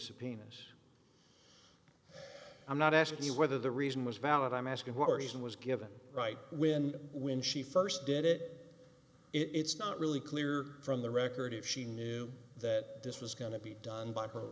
subpoena us i'm not asking you whether the reason was valid i'm asking what were these and was given right when when she first did it it's not really clear from the record if she knew that this was going to be done by